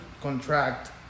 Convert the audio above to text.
contract